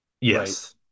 Yes